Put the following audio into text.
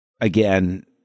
again